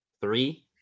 three